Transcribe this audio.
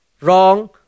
wrong